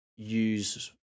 use